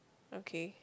okay